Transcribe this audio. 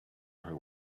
her